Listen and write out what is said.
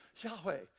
Yahweh